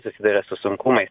susiduria su sunkumais